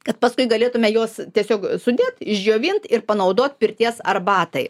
kad paskui galėtume juos tiesiog sudėt išdžiovint ir panaudoti pirties arbatai